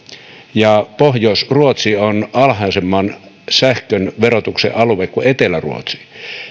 ja pohjois ruotsi on alhaisemman sähkön verotuksen alue kuin etelä ruotsi